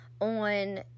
on